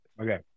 Okay